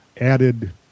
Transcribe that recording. added